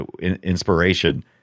inspiration